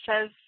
says